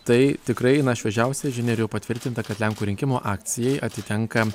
tai tikrai na šviežiausia žinia ir jau patvirtinta kad lenkų rinkimų akcijai atitenka